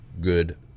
good